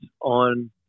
on